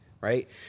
right